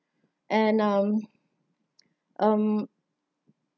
and um um